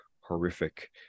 horrific